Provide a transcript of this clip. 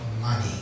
money